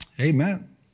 Amen